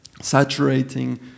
saturating